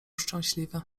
szczęśliwy